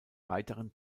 weiteren